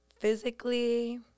physically